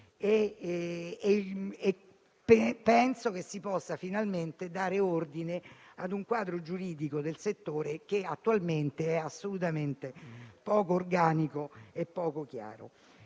Penso che si possa finalmente dare ordine a un quadro giuridico del settore che attualmente è assolutamente poco organico e chiaro.